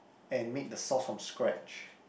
and made the sauce from scratch